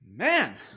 Man